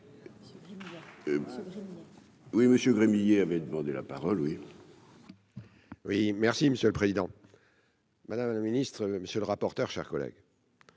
Oui monsieur Gremillet avait demandé la parole oui. Oui, merci Monsieur le Président. Madame la ministre, monsieur le rapporteur, chers collègues.